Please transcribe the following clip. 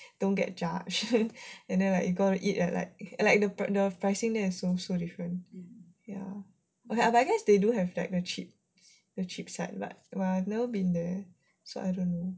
don't get judged and then like you gonna eat at like like the the pricing there is so so expensive but I guess they do have the cheap the cheap side lah but !wah! never been there so I don't know